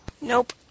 Nope